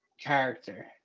character